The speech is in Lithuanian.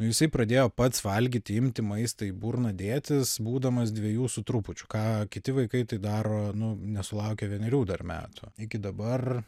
jisai pradėjo pats valgyti imti maistą į burną dėtis būdamas dvejų su trupučiu ką kiti vaikai tai daro nu nesulaukę vienerių dar metų iki dabar